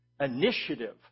initiative